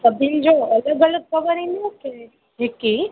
सभिनी जो अलॻि अलॻि कवर ईंदो की हिकु ई